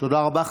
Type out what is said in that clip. תודה רבה.